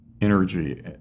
energy